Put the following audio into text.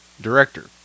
director